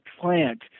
plant